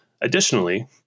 Additionally